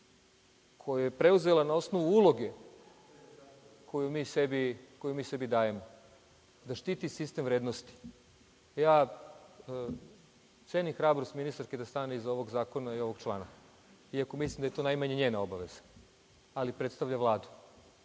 koju je preuzela na osnovu uloge koju mi sebi dajemo, da štiti sistem vrednosti. Cenim hrabrost ministarke da stane iza ovog zakona i ovog člana, iako mislim da je to najmanje njena obaveza, ali predstavlja Vladu.